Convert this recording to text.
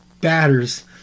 batters